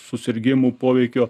susirgimų poveikio